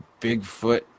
Bigfoot